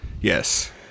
Yes